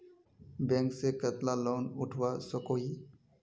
Bank से कतला loan उठवा सकोही?